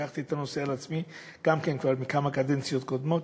לקחתי את הנושא על עצמי גם כן כבר מאז כמה קדנציות קודמות,